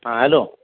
हां हॅलो